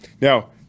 Now